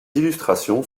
illustrations